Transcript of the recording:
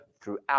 throughout